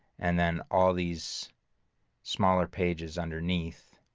and then all these smaller pages underneath